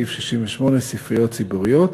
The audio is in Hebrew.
סעיף 68 (ספריות ציבוריות),